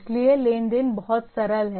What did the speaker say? इसलिए लेन देन बहुत सरल है